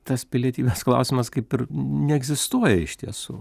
tas pilietybės klausimas kaip ir neegzistuoja iš tiesų